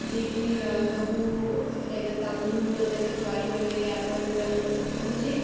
जे की गहू नाहीतर तांदूळ नाहीतर ज्वारी वगैरे आपण त्यांना म्हणू शकतो म्हणजे